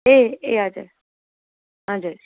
ए ए हजुर हजुर